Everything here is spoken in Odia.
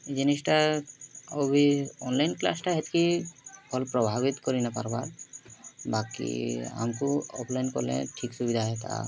ଇ ଜିନିଷ୍ଟା ଆଉ ଇ ଅନ୍ଲାଇନ୍ କ୍ଲାସ୍ଟା ହେତ୍କି ଭଲ୍ ପ୍ରଭାବିତ କରି ନାଇ ପାର୍ବାର୍ ବାକି ଆମ୍କୁ ଅଫ୍ଲାଇନ୍ କଲେ ଠିକ୍ ସୁବିଧା ହେତା